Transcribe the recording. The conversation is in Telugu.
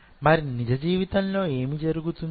మరి నిజ జీవితంలో ఏమి జరుగుతుంది